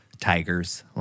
tigers